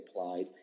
applied